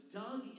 dug